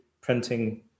printing